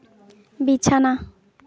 ᱵᱤᱪᱷᱱᱟᱹ